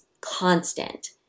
constant